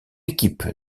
équipe